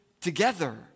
together